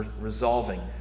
resolving